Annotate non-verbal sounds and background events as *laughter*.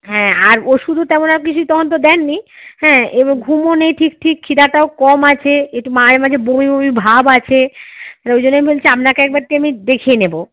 হ্যাঁ আর ওষুধও তেমন আপনি *unintelligible* তখন তো দেননি হ্যাঁ এবার ঘুমও নেই ঠিক ঠিক খিদেটাও কম আছে একটু মাঝে মাঝে বমি বমি ভাব আছে ওই জন্যই আমি বলছি আপনাকে একবারটি আমি দেখিয়ে নেব